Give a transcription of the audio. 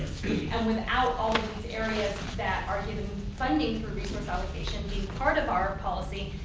and without all of these areas that are given funding for resource allocation being part of our policy